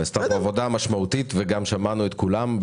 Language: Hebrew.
נעשתה פה עבודה משמעותית וגם שמענו את כולם,